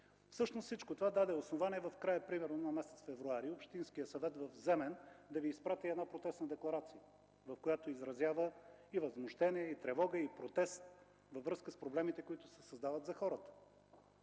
Всъщност, всичко това даде основание в края на месец февруари тази година, Общинският съвет в Земен да Ви изпрати една протестна декларация, в която изразява и възмущение, и тревога, и протест във връзка с проблемите, които се създават за хората.